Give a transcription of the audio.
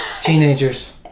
teenagers